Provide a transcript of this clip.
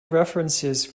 references